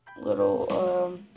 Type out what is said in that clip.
little